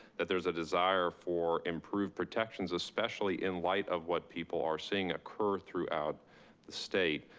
that there's a desire for improved protections, especially in light of what people are seeing occur throughout the state.